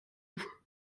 auf